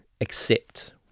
accept